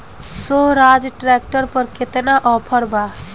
सोहराज tractor पर केतना offer बा?